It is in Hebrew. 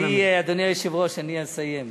אדוני היושב-ראש, אני אסיים.